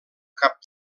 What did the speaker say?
cap